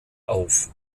auf